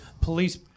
police